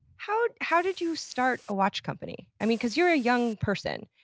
how how did you start a watch company? and because you're a young person.